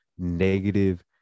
negative